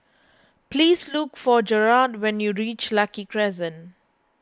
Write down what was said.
please look for Gearld when you reach Lucky Crescent